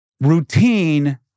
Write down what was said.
Routine